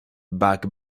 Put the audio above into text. bug